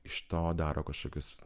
iš to daro kažkokius